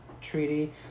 treaty